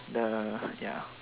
the ya